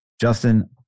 Justin